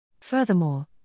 Furthermore